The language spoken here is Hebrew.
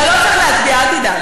אתה לא צריך להצביע, אל תדאג.